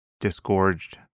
disgorged